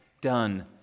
done